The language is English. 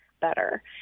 better